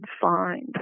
find